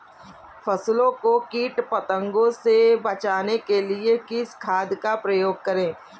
फसलों को कीट पतंगों से बचाने के लिए किस खाद का प्रयोग करें?